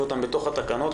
לא מאבדים את התקציב הזה.